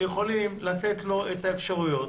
שיכולים לתת לו אפשרויות